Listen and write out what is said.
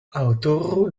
aŭtoro